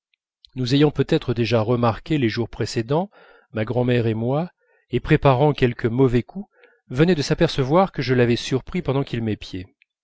nous ayant peut-être déjà remarqués les jours précédents ma grand'mère et moi et préparant quelque mauvais coup venait de s'apercevoir que je l'avais surpris pendant qu'il